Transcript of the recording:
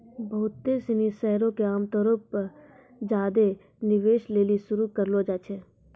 बहुते सिनी शेयरो के आमतौरो पे ज्यादे निवेश लेली शुरू करलो जाय छै